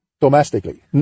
domestically